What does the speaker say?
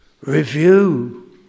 review